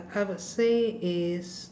I would say is